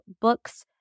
books